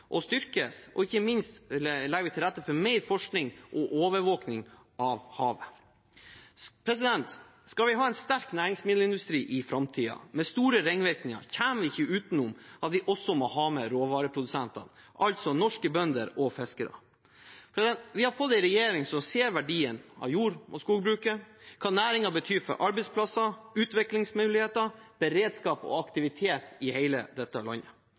styrkes, og ikke minst legger vi til rette for mer forskning og overvåkning av havet. Skal vi ha en sterk næringsmiddelindustri med store ringvirkninger i framtiden, kommer vi ikke utenom at vi også må ha med råvareprodusentene, altså norske bønder og fiskere. Vi har fått en regjering som ser verdien av jordbruket og skogbruket, hva næringene betyr for arbeidsplasser, utviklingsmuligheter, beredskap og aktivitet i hele dette landet.